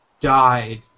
died